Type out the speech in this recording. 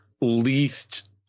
least